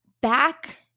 Back